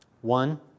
One